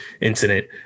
incident